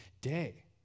day